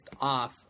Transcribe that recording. off